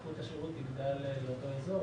איכות השירות תגדל לאותו איזור.